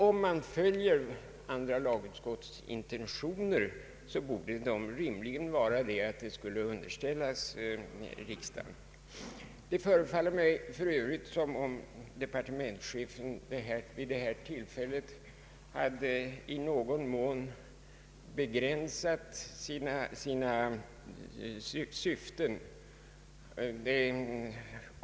Om man följer andra lagutskottets intentioner, borde frågan rimligen på nytt underställas riksdagen. Det förefaller mig för övrigt som om departementschefen vid det här tillfället hade i någon mån begränsat sitt syfte.